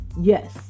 yes